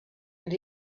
and